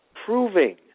proving